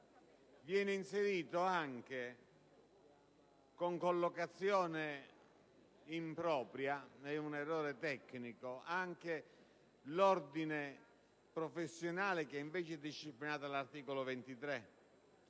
è inserito, con una collocazione impropria (è un errore tecnico), anche l'ordine professionale, che invece è disciplinato all'articolo 23.